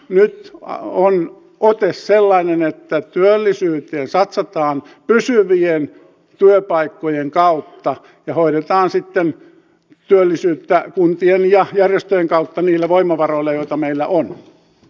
nyt on ote sellainen että työllisyyteen satsataan pysyvien työpaikkojen kautta ja hoidetaan sitten työllisyyttä kuntien ja järjestöjen kautta niillä voimavaroilla joita meillä on